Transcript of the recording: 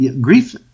Grief